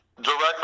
directly